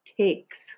takes